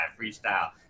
freestyle